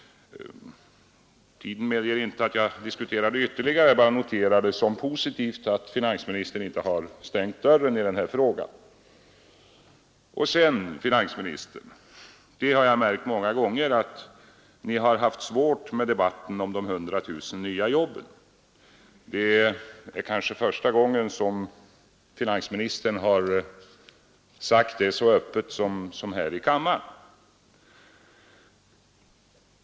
Tiden medger inte att jag diskuterar detta ytterligare. Jag bara noterar detta som positivt att finansministern inte har stängt dörren i den här frågan. Sedan, herr finansminister, vill jag säga att jag har märkt många gånger att ni har haft det svårt med debatten om de 100 000 nya jobben, men det är kanske första gången som finansministern har sagt det så öppet som här i kammaren.